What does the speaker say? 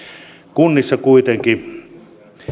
kuitenkin